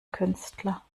künstler